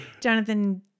Jonathan